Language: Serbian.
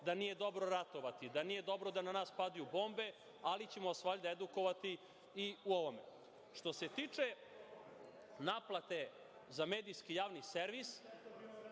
da nije dobro ratovati, da nije dobro da na nas padaju bombe, ali ćemo vas valjda edukovati i u ovome. Što se tiče naplate za medijski javni servis,